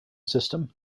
system